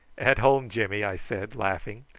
at home, jimmy, i said, laughing.